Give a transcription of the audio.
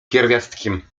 pierwiastkiem